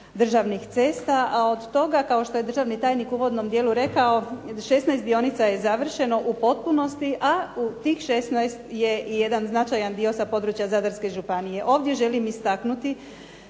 državnih cesta. A od toga kao što je državni tajnik u uvodnom dijelu rekao, 16 dionica je završeno u potpunosti, a u tih 16 je jedan značajan dio sa područja Zadarske županije. Ovdje želim istaknuti